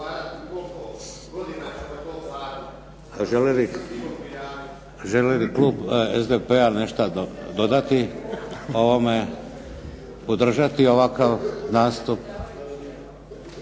Želi li Klub SDP-a nešto dodati ovome, podržati ovakav nastup?